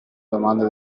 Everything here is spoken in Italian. domande